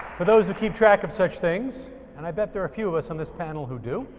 for those who keep track of such things and i bet there are a few of us on this panel who do,